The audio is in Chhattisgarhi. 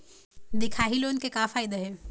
दिखाही लोन से का फायदा हे?